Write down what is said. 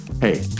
Hey